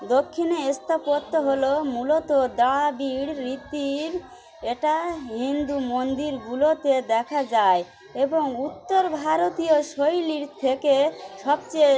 দক্ষিণে স্থাপত্য হলো মূলত দ্রাবিড় রীতির এটা হিন্দু মন্দিরগুলোতে দেখা যায় এবং উত্তর ভারতীয় শৈলীর থেকে সবচেয়ে